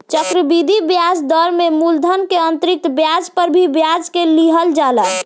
चक्रवृद्धि ब्याज दर में मूलधन के अतिरिक्त ब्याज पर भी ब्याज के लिहल जाला